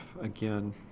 again